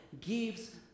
gives